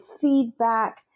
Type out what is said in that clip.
feedback